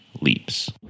leaps